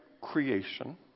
creation